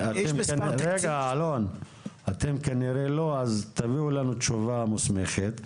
אתם כנראה לא, אז תביאו לנו תשובה מוסמכת מהמשרד,